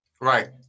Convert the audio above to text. Right